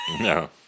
No